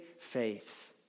faith